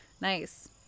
nice